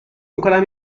میکنم